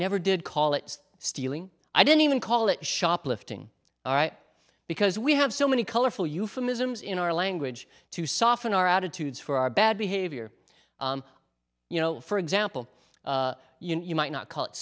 never did call it stealing i don't even call it shoplifting all right because we have so many colorful euphemisms in our language to soften our attitudes for our bad behavior you know for example you might not ca